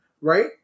right